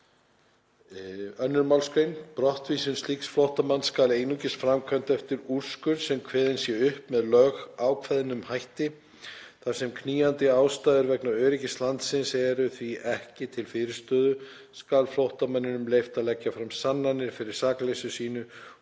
2. Brottvísun slíks flóttamanns skal einungis framkvæmd eftir úrskurði, sem kveðinn sé upp með lögákveðnum hætti. Þar sem knýjandi ástæður vegna öryggis landsins eru því ekki til fyrirstöðu, skal flóttamanninum leyft að leggja fram sannanir fyrir sakleysi sínu